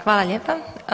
Hvala lijepa.